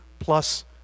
plus